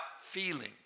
feeling